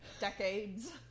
Decades